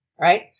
right